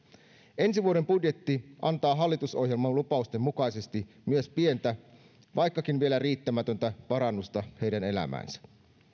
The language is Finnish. ensi vuoden budjetti antaa hallitusohjelman lupausten mukaisesti myös pientä vaikkakin vielä riittämätöntä parannusta heidän elämäänsä